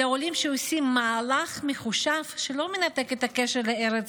אלא עולים שעושים מהלך מחושב שלא מנתק את הקשר לארץ